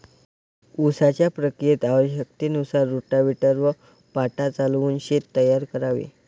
उसाच्या प्रक्रियेत आवश्यकतेनुसार रोटाव्हेटर व पाटा चालवून शेत तयार करावे